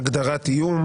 הגדרת איום).